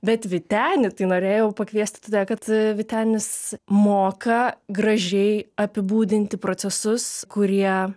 bet vytenį tai norėjau pakviesti todėl kad vytenis moka gražiai apibūdinti procesus kurie